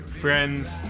friends